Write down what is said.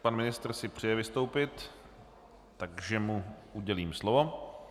Pan ministr si přeje vystoupit, takže mu udělím slovo.